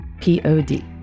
P-O-D